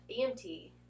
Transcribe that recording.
EMT